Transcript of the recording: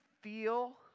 feel